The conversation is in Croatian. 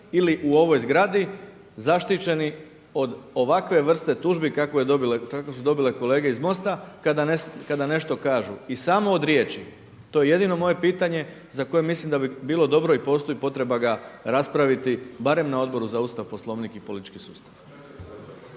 ili u ovoj zgradi zaštićeni od ovakve vrste tužbi kakvu su dobile kolege iz MOST-a kada nešto kažu. I samo od riječi. To je jedino moje pitanje za koje mislim da bi bilo dobro i postoji potreba ga raspraviti barem na Odboru za Ustav, Poslovnik i politički sustav.